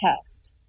test